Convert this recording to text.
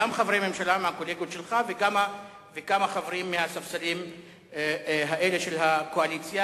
גם חברי ממשלה מהקולגות שלך וגם חברים מהספסלים האלה של הקואליציה.